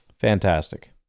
Fantastic